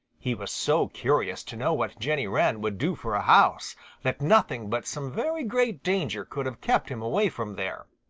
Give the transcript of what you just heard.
he was so curious to know what jenny wren would do for a house that nothing but some very great danger could have kept him away from there.